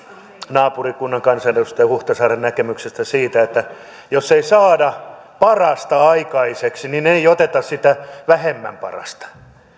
naapurikunnan kansanedustajan huhtasaaren näkemyksestä siitä että jos ei saada parasta aikaiseksi niin ei oteta sitä vähemmän parasta